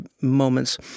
moments